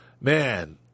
Man